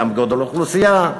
גם בגודל האוכלוסייה.